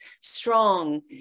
strong